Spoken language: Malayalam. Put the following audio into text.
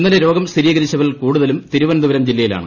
ഇന്നലെ രോഗം സ്ഥിരീകരിച്ചവരിൽ കൂടുതലും തിരുവനന്തപുരം ജില്ലയിലാണ്